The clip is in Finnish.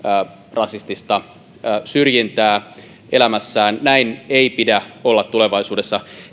rasistista syrjintää elämässään näin ei pidä olla tulevaisuudessa